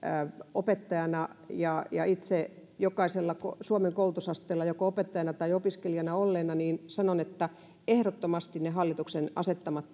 opettajana ja ja itse jokaisella suomen koulutusasteella joko opettajana tai opiskelijana olleena sanon että ehdottomasti pitää pitää ne hallituksen asettamat